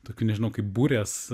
tokių nežinau kaip burės